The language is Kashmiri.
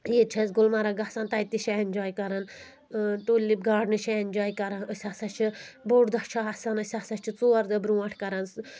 ییٚتہِ چھِ اَسہِ گُلمرگ گژھان تَتہِ تہِ چھِ اؠنجاے کران ٹوٗلِپ گاڈنہٕ چھِ اؠنجاے کران أسۍ ہسا چھِ بوٚڑ دۄہ چھِ آسان أسۍ ہسا چھِ ژور دۄہ برٛونٛٹھ کران